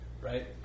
right